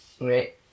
right